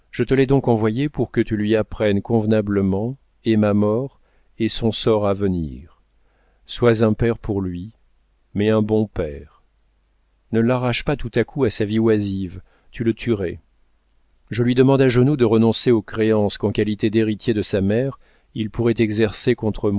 je te l'ai donc envoyé pour que tu lui apprennes convenablement et ma mort et son sort à venir sois un père pour lui mais un bon père ne l'arrache pas tout à coup à sa vie oisive tu le tuerais je lui demande à genoux de renoncer aux créances qu'en qualité d'héritier de sa mère il pourrait exercer contre moi